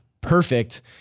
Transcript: perfect